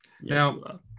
Now